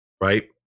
right